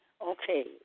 okay